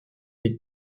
est